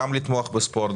גם לתמוך בספורט,